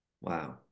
wow